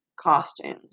costumes